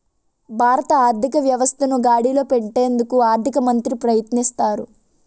భారత ఆర్థిక వ్యవస్థను గాడిలో పెట్టేందుకు ఆర్థిక మంత్రి ప్రయత్నిస్తారు